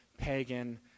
pagan